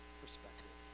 perspective